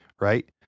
right